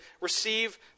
Receive